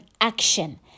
action